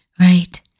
right